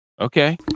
Okay